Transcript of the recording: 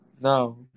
No